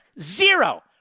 Zero